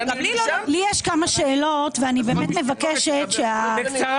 לי יש כמה שאלות ואני באמת מבקשת ש --- בקצרה,